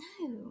No